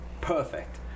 perfect